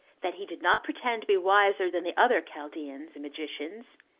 that he did not pretend to be wiser than the other chaldeans and magicians,